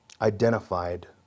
identified